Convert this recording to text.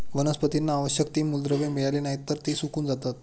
वनस्पतींना आवश्यक ती मूलद्रव्ये मिळाली नाहीत, तर ती सुकून जातात